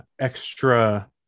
extra